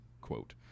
quote